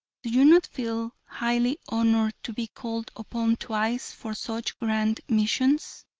do you not feel highly honored to be called upon twice for such grand missions?